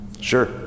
Sure